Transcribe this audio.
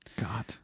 God